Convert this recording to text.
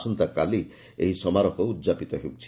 ଆସନ୍ତାକାଲି ଏହି ସମାରୋହ ଉଦ୍ଯାପିତ ହେଉଛି